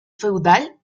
feudal